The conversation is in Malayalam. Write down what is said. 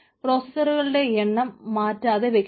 പ്രോസസറുകളുടെ എണ്ണം മാറ്റാതെ വെക്കണം